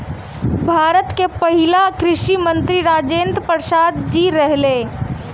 भारत के पहिला कृषि मंत्री राजेंद्र प्रसाद जी रहले